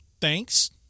thanks